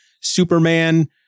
Superman